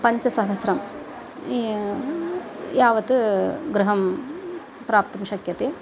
पञ्चसहस्रं य् यावत् गृहं प्राप्तुं शक्यते